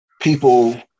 people